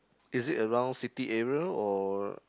is it a round city area or